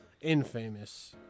Infamous